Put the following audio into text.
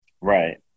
Right